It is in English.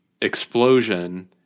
explosion